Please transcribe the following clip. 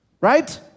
Right